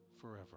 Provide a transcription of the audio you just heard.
forever